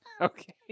Okay